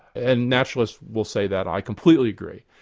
and naturalists will say that i completely agree.